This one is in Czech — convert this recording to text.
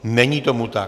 Není tomu tak.